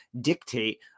dictate